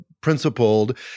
principled